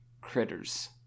critters